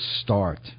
start